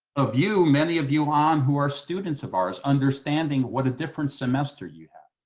a view many of you on who are students of ours understanding what a different semester you have.